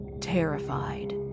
terrified